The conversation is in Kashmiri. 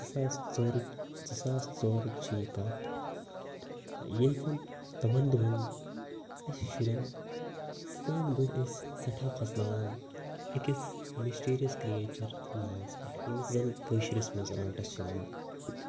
زٕساس ژورٕکۍ زٕ ساس ژورٕکۍ چھِ یہِ کَتھ ییٚلہِ زَن تِمن دوٚہَن اسہِ شُرٮ۪ن سٲنۍ بٕڑۍ ٲسۍ سٮ۪ٹھاہ کھوژناوان أکِس مِسٹیٖرِیَس کِرٛییچَر سٕنٛدِس ناوَس پٮ۪ٹھ ییٚمِس زَن کٲشِرِس منٛز رانٛٹَس چھِ وَنان